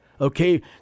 okay